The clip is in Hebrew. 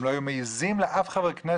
הם לא היו מעזים לעשות את זה לאף חבר כנסת.